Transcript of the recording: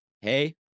hey